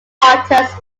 hottest